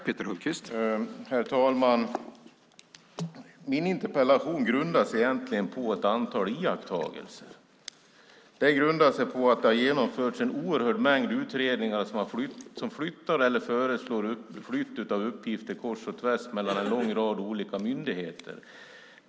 Herr talman! Min interpellation grundas egentligen på ett antal iakttagelser. Den grundar sig på att det har genomförts en oerhörd mängd utredningar som flyttar eller föreslår flytt av uppgifter kors och tvärs mellan en lång rad olika myndigheter.